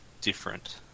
different